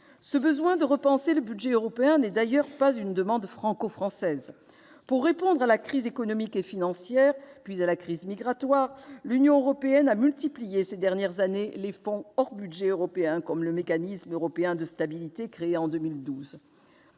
Ce besoin de repenser le budget européen n'est d'ailleurs pas une demande franco-française. Pour répondre à la crise économique et financière, puis à la crise migratoire, l'Union européenne a multiplié ces dernières années les fonds hors budget européen, comme le Mécanisme européen de stabilité créé en 2012.